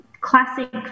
classic